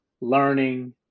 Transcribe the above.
learning